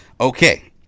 Okay